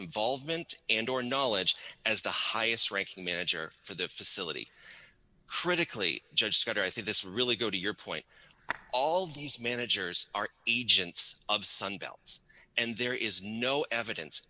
involvement and or knowledge as the highest ranking manager for the facility critically judge but i think this really go to your point all these managers are agents of sun belts and there is no evidence